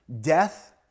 death